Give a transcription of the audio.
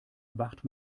wacht